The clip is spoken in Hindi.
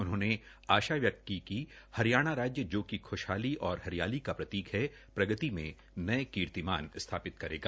उन्होंने आशा व्यक्त की कि हरियाणा राज्य जोकि ख्शहाली और हरियाली का प्रतीक है प्रगति में नये कीर्तिमान स्थापित करेगा